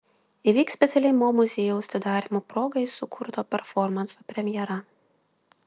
įvyks specialiai mo muziejaus atidarymo progai sukurto performanso premjera